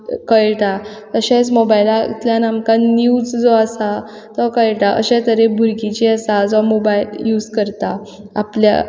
तशेंच मोबायलांतल्यान आमकां निव्ज जे आसा तो कयटा अशे तरेन भुरगीं जीं आसा मोबायल यूज करतात आपल्या